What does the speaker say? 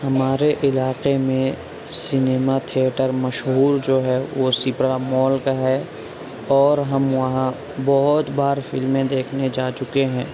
ہمارے علاقے میں سینما تھیئٹر مشہور جو ہے وہ سپرا مال کا ہے اور ہم وہاں بہت بار فلمیں دیکھنے جا چکے ہیں